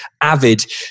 avid